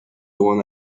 one